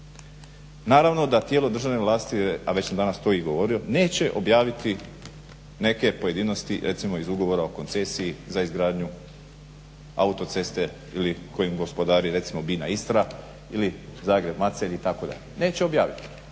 Naravno da tijelo državne vlasti, a već sam danas to i govorio, neće objaviti neke pojedinosti recimo iz ugovora o koncesiji za izgradnju autoceste ili kojim gospodari recimo BINA Istra ili Zagreb-Macelj itd., neće objaviti.